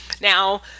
Now